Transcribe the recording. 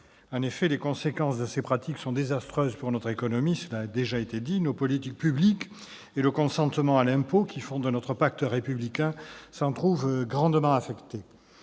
souligné, les conséquences de ces pratiques sont désastreuses pour notre économie et nos politiques publiques ; le consentement à l'impôt, qui fonde notre pacte républicain, s'en trouve gravement affecté.